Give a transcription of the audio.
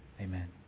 Amen